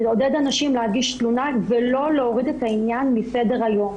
צריך לעודד אנשים להגיש תלונה ולא להוריד את העניין מסדר היום.